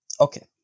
okay